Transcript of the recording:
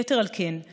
יתר על כן,